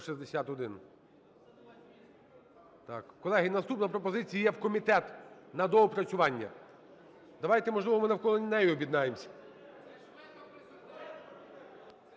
колеги, наступна є пропозиція: в комітет на доопрацювання. Давайте, можливо, ми навколо неї об'єднаємося?